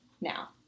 now